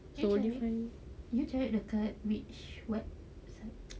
you cari you cari dekat which what site